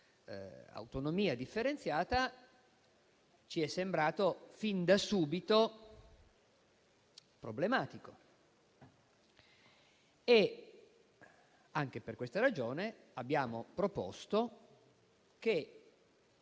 autonomia differenziata - ci è sembrato fin da subito problematico. Anche per questa ragione, abbiamo proposto che